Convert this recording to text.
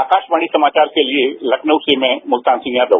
आकाशवाणी समाचार के लिए लखनऊ से मैं मुल्तान सिंह यादव